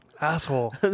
Asshole